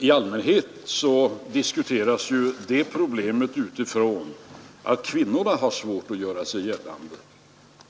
I allmänhet diskuteras ju det problemet utifrån utgångspunkten att kvinnorna har svårt att göra sig gällande.